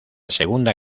segunda